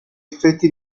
effetti